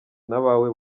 n’abawe